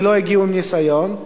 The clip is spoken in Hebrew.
ולא הגיעו עם ניסיון,